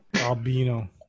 Albino